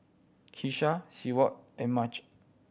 Keesha Seward and Mychal